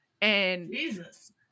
Jesus